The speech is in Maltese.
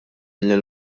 lil